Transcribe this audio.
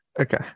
okay